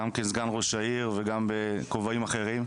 גם כסגן ראש העיר וגם בכובעים אחרים,